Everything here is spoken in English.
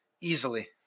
easily